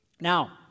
Now